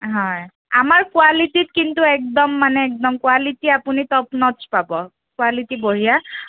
হয় আমাৰ কোৱালিটিত কিন্তু একদম মানে একদম কোৱালিটি আপুনি টপ নচ পাব কোৱালিটি বঢ়িয়া